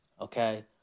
Okay